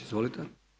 Izvolite.